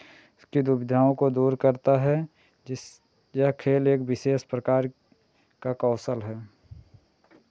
की दुविधाओं को दूर करता है जिस यह खेल एक विशेष प्रकार का कौशल है